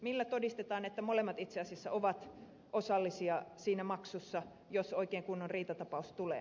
millä todistetaan että molemmat itse asiassa ovat osallisia siinä maksussa jos oikein kunnon riitatapaus tulee